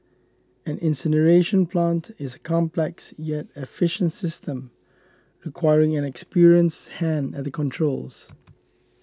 an incineration plant is a complex yet efficient system requiring an experienced hand at the controls